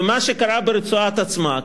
ומה שקרה ברצועה עצמה,